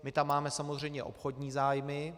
My tam máme samozřejmě obchodní zájmy.